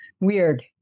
weird